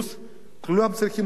כולם צריכים להתייצב.